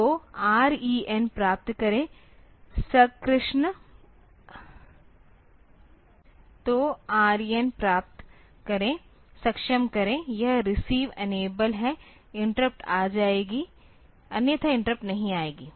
तो REN प्राप्त करें सक्षम करें यह रिसीव इनेबल है इंटरप्ट आ जाएगी अन्यथा इंटरप्ट नहीं आएगी